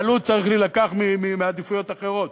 והעלות צריכה להילקח מעדיפויות אחרות.